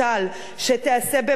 שתיעשה במחשבה,